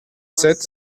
sept